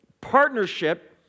partnership